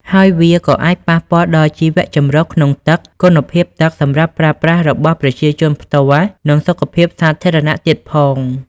ហើយវាក៏អាចប៉ះពាល់ដល់ជីវៈចម្រុះក្នុងទឹក គុណភាពទឹកសម្រាប់ប្រើប្រាស់របស់ប្រជាជនផ្ទាល់ និងសុខភាពសាធារណៈទៀតផង។